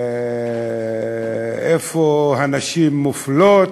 איפה הנשים מופלות,